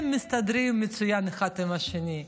הם מסתדרים מצוין אחד עם השני.